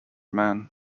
man